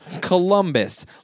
Columbus